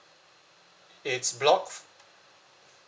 it's block